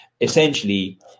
essentially